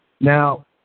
Now